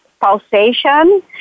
pulsation